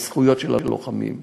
בזכויות הלוחמים.